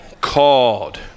called